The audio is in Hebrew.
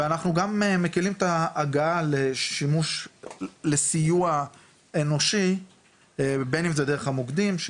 ואנחנו גם מקלים את ההגעה לשימוש לסיוע אנושי בין אם זה דרך המוקדים,